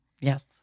Yes